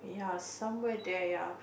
ya somewhere there ya